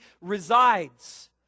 resides